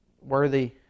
worthy